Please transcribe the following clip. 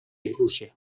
rusia